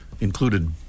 included